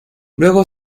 luego